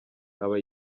aba